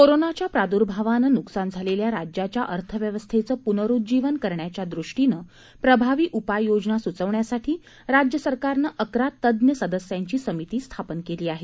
कोरोनाच्या प्रादूर्भावानं नुकसान झालेल्या राज्याच्या अर्थव्यवस्थेचं पुनरुज्जीवन करण्याच्याद्रष्टीनं प्रभावी उपाययोजना सुचवण्यासाठी राज्य सरकारनं अकरा तज्ञ सदस्यांची समिती स्थापन केली आहे